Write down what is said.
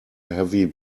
heavy